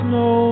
no